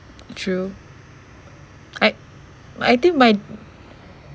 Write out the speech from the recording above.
true I I think my